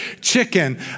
chicken